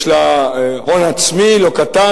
יש לה הון עצמי לא קטן,